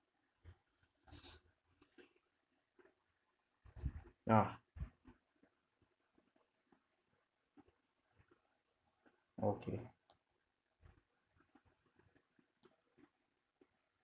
ah okay